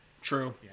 True